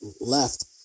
left